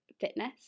fitness